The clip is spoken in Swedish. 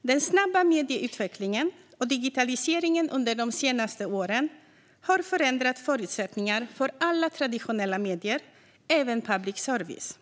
Den snabba medieutvecklingen och digitaliseringen under de senaste åren har förändrat förutsättningar för alla traditionella medier och även public service.